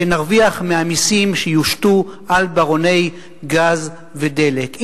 שנרוויח מהמסים שיושתו על ברוני גז ודלק.